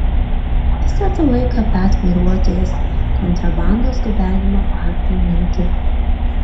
visą tą laiką fiat vairuotojas kontrabandos gabenimo faktą neigė